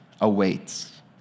Awaits